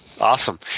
Awesome